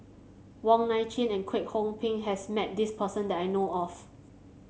Wong Nai Chin and Kwek Hong Png has met this person that I know of